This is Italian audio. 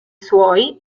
suoi